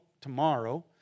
tomorrow